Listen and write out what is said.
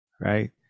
Right